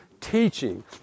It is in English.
teaching